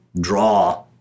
draw